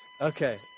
Okay